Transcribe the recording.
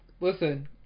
Listen